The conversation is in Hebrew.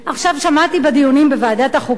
שמעתי בדיונים בוועדת החוקה,